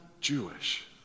Jewish